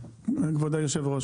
כבוד היושב ראש,